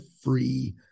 free